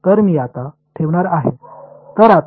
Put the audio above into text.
तर मी आता ठेवणार आहे तर आता